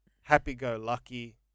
happy-go-lucky